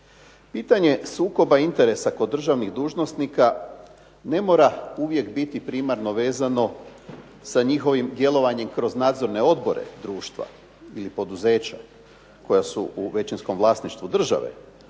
Pitanje sukoba interesa kod državnih dužnosnika ne mora uvijek biti primarno vezano sa njihovim djelovanjem kroz nadzorne odbore društva ili poduzeća koja su u većinskom vlasništvu države.